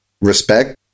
respect